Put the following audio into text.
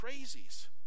crazies